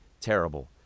terrible